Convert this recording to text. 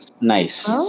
Nice